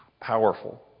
powerful